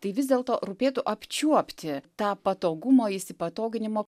tai vis dėlto rūpėtų apčiuopti tą patogumo įsipatoginimo